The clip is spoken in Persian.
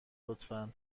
لطفا